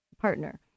partner